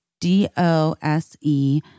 D-O-S-E